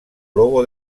logo